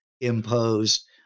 imposed